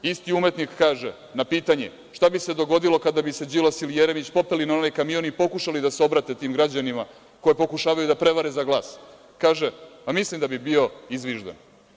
Isti umetnik kaže, na pitanje šta bi se dogodilo kada bi se Đilas ili Jeremić popeli na onaj kamion i pokušali da se obrate tim građanima koji pokušavaju da prevare za glas, kaže: „Mislim da bi bio izviždan“